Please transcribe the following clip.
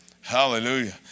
hallelujah